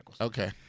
Okay